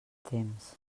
temps